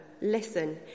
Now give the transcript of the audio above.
Listen